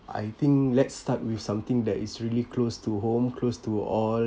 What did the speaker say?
I think let's start with something that is really close to home close to all